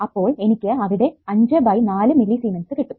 അപ്പോൾ എനിക്ക് അവിടെ 5 ബൈ 4 മില്ലിസിമെൻസ് കിട്ടും